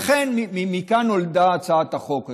מכאן נולדה הצעת החוק הזאת.